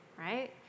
right